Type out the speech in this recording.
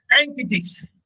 entities